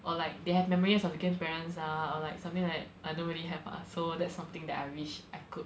or like they have memories of grandparents ah or like something like that I don't really have ah so that's something that I wish I could